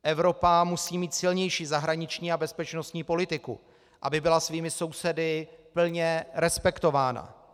Evropa musí mít silnější zahraniční a bezpečnostní politiku, aby byla svými sousedy plně respektována.